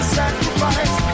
sacrifice